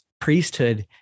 priesthood